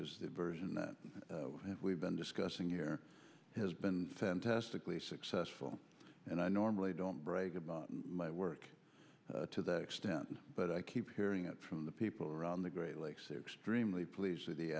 is the version that we've been discussing here has been fantastically successful and i normally don't brag about my work to that extent but i keep hearing it from the people around the great lakes extremely pleased with the